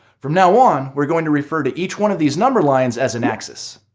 from now on, we're going to refer to each one of these number lines as an axis.